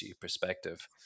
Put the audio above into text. perspective